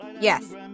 Yes